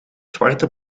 zwarte